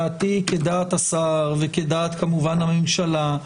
דעתי כדעת השר וכדעת כמובן הממשלה.